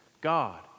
God